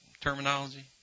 terminology